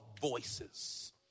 voices